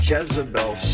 Jezebel